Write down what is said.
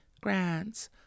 grants